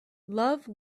love